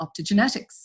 optogenetics